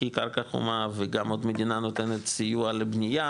כי היא קרקע חומה וגם עוד המדינה נותנת סיוע לבנייה,